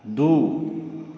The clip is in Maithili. दू